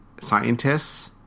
scientists